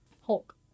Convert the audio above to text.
Hulk